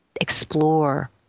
explore